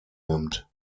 nimmt